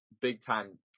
big-time